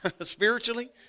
spiritually